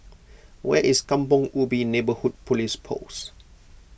where is Kampong Ubi Neighbourhood Police Post